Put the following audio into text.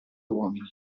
uomini